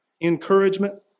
encouragement